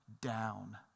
down